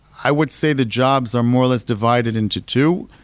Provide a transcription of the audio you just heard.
i would say the jobs are more or less divided into two.